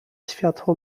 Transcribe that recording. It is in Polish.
światło